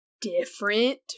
different